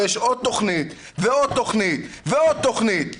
ויש עוד תכנית ועוד תכנית ועוד תכנית,